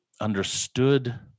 understood